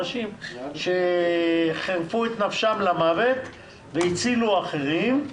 אנשים שחרפו את נפשם למוות והצילו אחרים.